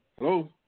Hello